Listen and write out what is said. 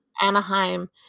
Anaheim